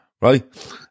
Right